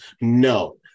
No